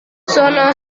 sana